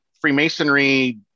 Freemasonry